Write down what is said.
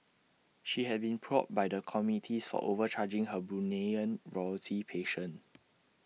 she had been probed by the committees for overcharging her Bruneian royalty patient